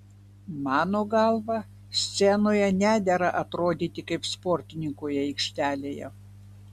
mano galva scenoje nedera atrodyti kaip sportininkui aikštelėje